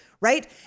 right